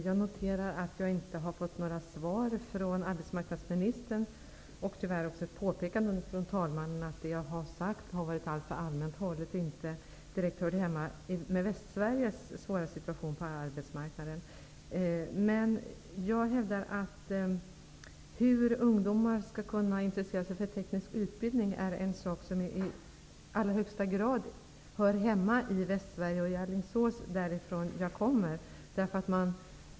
Jag noterar att jag inte har fått några svar från arbetsmarknadsministern och att jag tyvärr också har fått ett påpekande från talmannen att det som jag har sagt har varit alltför allmänt hållet och att det inte direkt hör samman med Jag hävdar emellertid att frågan om hur ungdomar skall kunna bli intresserade av teknisk utbildning i allra högsta grad hör hemma i Västsverige och i Alingsås, som jag kommer från.